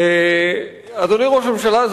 אדוני ראש הממשלה,